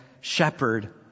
shepherd